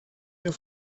your